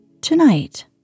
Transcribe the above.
Tonight